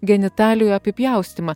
genitalijų apipjaustymą